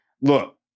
look